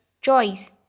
choice